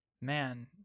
Man